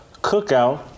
Cookout